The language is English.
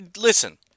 Listen